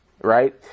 right